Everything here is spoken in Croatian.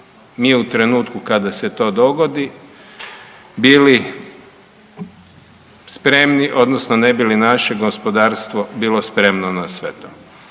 mi u trenutku kada se to dogodi bili spremni odnosno ne bi li naše gospodarstvo bilo spremno na sve to?